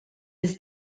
was